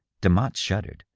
demotte shuddered.